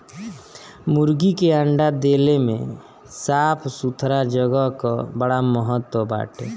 मुर्गी के अंडा देले में साफ़ सुथरा जगह कअ बड़ा महत्व बाटे